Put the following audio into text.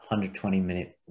120-minute